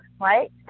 right